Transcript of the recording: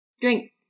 drink